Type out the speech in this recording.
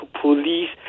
police